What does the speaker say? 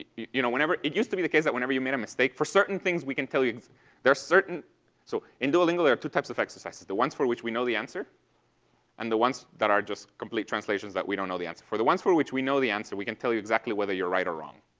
you you know, whenever it used to be the case that whenever you made a mistake, for certain things, we can tell you there are certain so in duolingo there are two types of exercises, the ones for which we know the answer and the ones that are just complete translations that we don't know the answer for. the ones for which we know the answer we can tell you exactly whether you're right or wrong.